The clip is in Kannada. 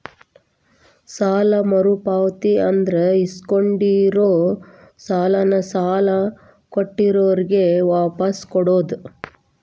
ಸಾಲ ಮರುಪಾವತಿ ಅಂದ್ರ ಇಸ್ಕೊಂಡಿರೋ ಸಾಲಾನ ಸಾಲ ಕೊಟ್ಟಿರೋರ್ಗೆ ವಾಪಾಸ್ ಕೊಡೋದ್